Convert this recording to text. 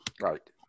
Right